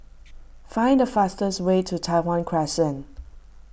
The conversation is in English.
find the fastest way to Tai Hwan Crescent